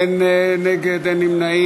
21 בעד, אין נגד, אין נמנעים,